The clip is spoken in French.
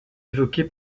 évoquée